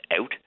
out